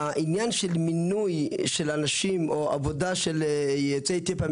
שהעניין של מינוי של אנשים או עבודה של יוצאי אתיופיה,